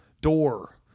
door